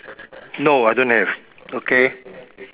no I don't have okay